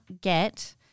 get